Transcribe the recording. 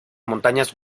montañas